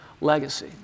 legacy